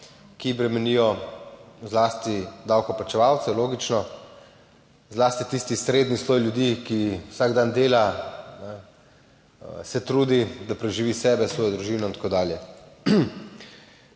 ki bremenijo zlasti davkoplačevalce, logično, zlasti tisti srednji sloj ljudi, ki vsak dan dela, se trudi, da preživi sebe, svojo družino in tako dalje.